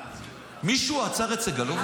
מישהו עצר את סגלוביץ'?